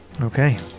Okay